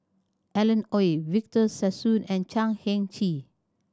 Alan Oei Victor Sassoon and Chan Heng Chee